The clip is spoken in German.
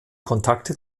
kontakte